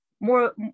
more